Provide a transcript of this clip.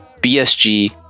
BSG